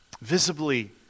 visibly